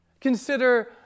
Consider